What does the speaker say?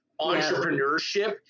entrepreneurship